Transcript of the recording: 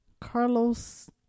Carlos